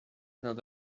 nad